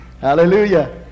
Hallelujah